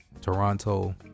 Toronto